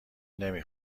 نمی